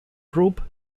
group